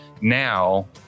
now